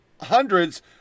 hundreds